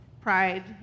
pride